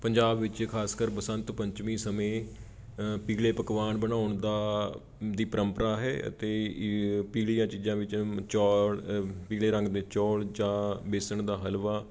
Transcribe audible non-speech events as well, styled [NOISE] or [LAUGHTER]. ਪੰਜਾਬ ਵਿੱਚ ਖ਼ਾਸ ਕਰ ਬਸੰਤ ਪੰਚਮੀ ਸਮੇਂ ਪੀਲੇ ਪਕਵਾਨ ਬਣਾਉਣ ਦਾ ਦੀ ਪਰੰਪਰਾ ਹੈ ਅਤੇ [UNINTELLIGIBLE] ਪੀਲੀਆ ਚੀਜ਼ਾਂ ਵਿੱਚ ਚੋਲ ਅ ਪੀਲੇ ਰੰਗ ਦੇ ਚੌਲ ਜਾਂ ਬੇਸਣ ਦਾ ਹਲਵਾ